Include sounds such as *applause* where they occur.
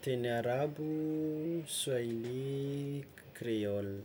*hesitation* teny arabo, swahili, creole.